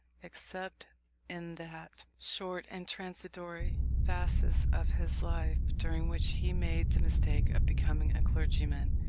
except in that short and transitory phasis of his life, during which he made the mistake of becoming a clergyman,